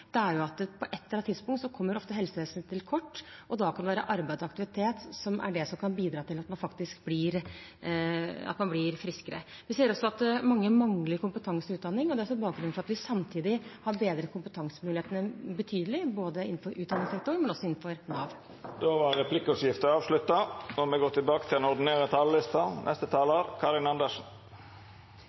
På ett eller annet tidspunkt kommer ofte helsevesenet til kort, og da kan det være arbeid og aktivitet som er det som kan bidra til at man faktisk blir friskere. Vi ser også at mange mangler kompetanse i utdanning, og det er også bakgrunnen for at vi samtidig har bedret kompetansemulighetene betydelig – innenfor utdanningssektoren, men også innenfor Nav. Replikkordskiftet er avslutta.